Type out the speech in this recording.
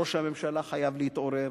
ראש הממשלה חייב להתעורר